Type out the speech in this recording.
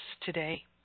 today